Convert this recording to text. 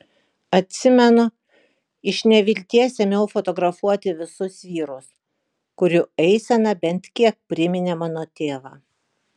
atsimenu iš nevilties ėmiau fotografuoti visus vyrus kurių eisena bent kiek priminė mano tėvą